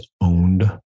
owned